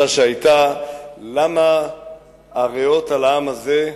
"למה הרעות לעם הזה,